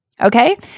Okay